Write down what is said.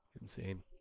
Insane